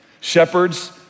Shepherds